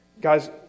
Guys